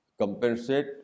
compensate